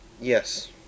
yes